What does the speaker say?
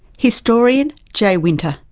historian jay winter.